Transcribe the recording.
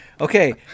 okay